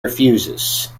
refuses